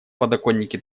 подоконнике